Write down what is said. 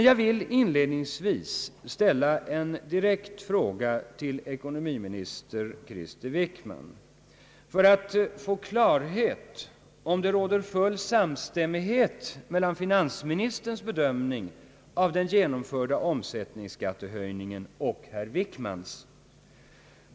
Jag vill dock inledningsvis ställa en direkt fråga till ekonomiminister Krister Wickman för att få klarhet om det råder full samstämmighet mellan finansministerns bedömning av den genomförda omsättningsskattehöjningen och herr Wickmans.